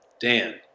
Dan